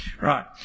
Right